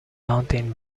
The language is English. mountain